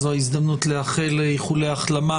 זו ההזדמנות לאחל איחולי החלמה